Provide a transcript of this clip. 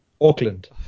Auckland